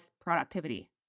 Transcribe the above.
productivity